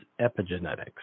epigenetics